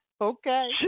Okay